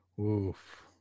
Oof